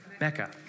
Mecca